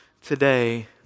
today